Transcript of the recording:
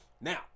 now